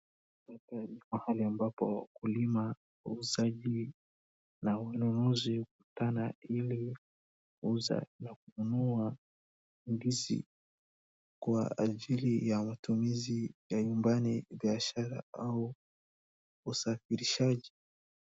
Hapa ni pahali wakulima, wauzaji na wanunuzi hukutana ili kuuza na kununua ndizi kwa ajili ya matumizi ya nyumbani, biashara au usafirishaji.